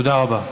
תודה רבה.